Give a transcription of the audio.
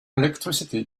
electricity